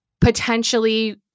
potentially